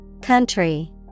Country